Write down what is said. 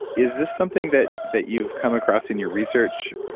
is this something that that you've come across in your research?